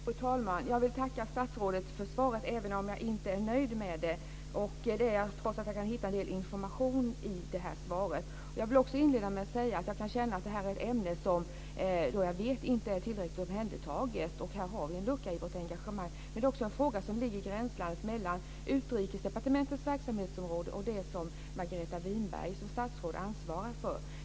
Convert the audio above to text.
Fru talman! Jag vill tacka statsrådet för svaret även om jag inte är nöjd med det. Det är jag inte trots att jag kan hitta en del information i svaret. Jag vill också inleda med att säga att jag kan känna att det här är ett ämne som vad jag vet inte är tillräckligt omhändertaget. Här har vi en lucka i vårt engagemang. Det är också en fråga som ligger i gränslandet mellan Utrikesdepartementets verksamhetsområde och det som Margareta Winberg som statsråd ansvarar för.